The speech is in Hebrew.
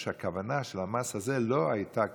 שהכוונה של המס הזה לא הייתה כלכלית,